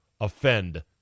offend